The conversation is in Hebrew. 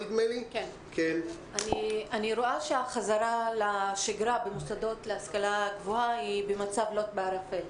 אני רואה שהחזרה לשגרה במוסדות להשכלה גבוהה היא במצב לוט בערפל,